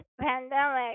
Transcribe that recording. pandemic